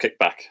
kickback